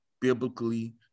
biblically